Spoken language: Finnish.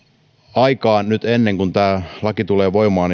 aikaan ennen kuin tämä laki tulee voimaan